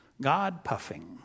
God-puffing